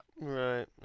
Right